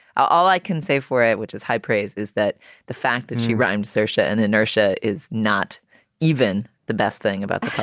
all i can say for it, which is high praise, is that the fact that she rhymes seussian and inertia is not even the best thing about